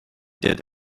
did